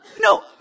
No